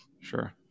Sure